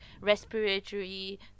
respiratory